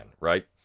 right